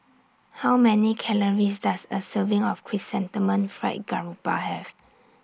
How Many Calories Does A Serving of Chrysanthemum Fried Garoupa Have